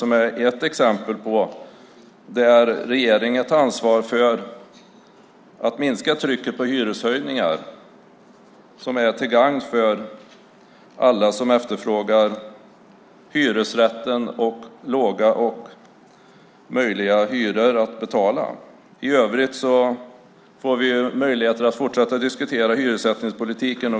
Det skulle vara ett exempel på att regeringen tar ansvar för att minska trycket på hyreshöjningar och vara till gagn för alla som efterfrågar hyresrätten och låga hyror som är möjliga att betala. I övrigt får vi möjlighet att fortsätta diskutera hyressättningspolitiken.